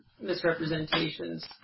misrepresentations